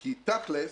כי תכל'ס